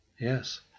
Yes